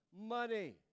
Money